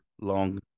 long